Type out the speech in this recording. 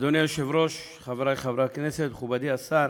אדוני היושב-ראש, חברי חברי הכנסת, מכובדי השר,